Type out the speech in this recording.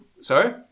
Sorry